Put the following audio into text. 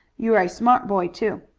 you are a smart boy, too.